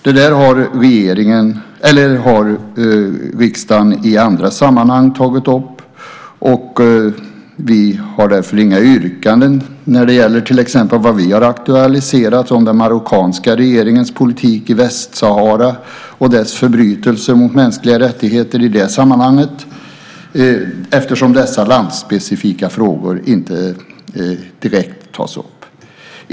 Det har riksdagen tagit upp i andra sammanhang, och vi har därför inga yrkanden när det gäller till exempel det vi har aktualiserat om den marockanska regeringens politik i Västsahara och dess förbrytelser mot mänskliga rättigheter i det sammanhanget eftersom dessa landsspecifika frågor inte direkt tas upp.